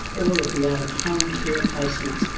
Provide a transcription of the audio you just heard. all of the out-of-home care placements,